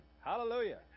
Hallelujah